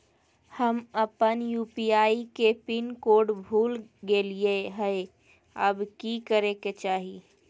हम अपन यू.पी.आई के पिन कोड भूल गेलिये हई, अब की करे के चाही?